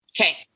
Okay